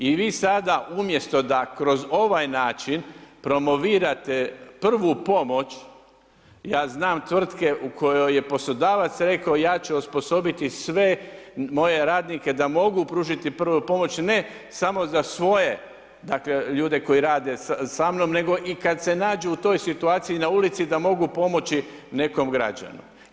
I vi sada umjesto da kroz ovaj način promovirate prvu pomoć, ja znam tvrtke u kojoj je poslodavac rekao ja ću osposobiti sve moje radnike da mogu pružiti prvu pomoć, ne samo za svoje ljude koji rade samnom, nego i kad se nađu u toj situaciji na ulici da mogu pomoći nekom građaninu.